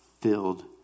filled